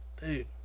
dude